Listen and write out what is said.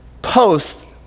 post